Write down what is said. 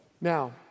Now